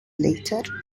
later